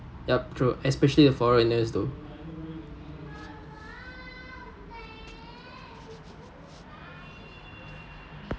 yup true especially the foreigners though